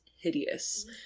hideous